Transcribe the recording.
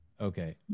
Okay